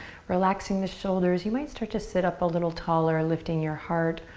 relaxing the shoulders. you might start to sit up a little taller, lifting your heart,